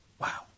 Wow